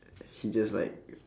he just like